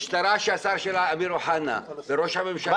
השר שלה אמיר אוחנה --- אתם חסרי בושה.